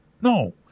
No